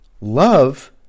love